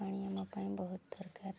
ପାଣି ଆମ ପାଇଁ ବହୁତ ଦରକାର